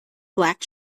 black